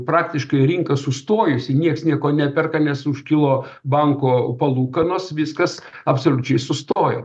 praktiškai rinka sustojusi nieks nieko neperka nes užkilo banko palūkanos viskas absoliučiai sustojo